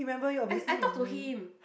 I I talk to him